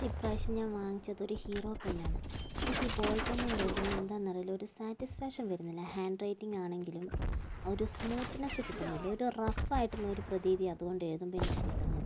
പക്ഷെ ഇപ്പ്രാവശ്യം ഞാന് വാങ്ങിച്ചത് ഒരു ഹീറോ പെന്നാണ് എനിക്കീ ബോള് പെന്നുകൊണ്ട് എഴുതുമ്പോൾ ഒരു സാറ്റിസ്ഫാക്ഷന് വരുന്നില്ല ഹാന്ഡ് റൈറ്റിംഗ് ആണെങ്കിലും ഒരു സ്മൂത്ത്നെസ്സ് കിട്ടുന്നില്ല ഒരു രഫ്ഫ് ആയിട്ടുള്ള ഒരു പ്രതീതിയാണ് അത്കൊണ്ട് എഴുതുമ്പോൾ എനിക്ക് കിട്ടുന്നത്